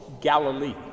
Galilee